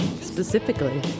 Specifically